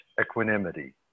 equanimity